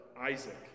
isaac